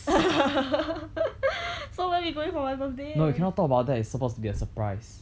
so where we going for my birthday you cannot talk about that it's supposed to be a surprise